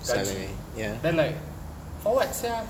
gaji then like for what sia